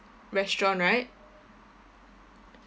restaurant right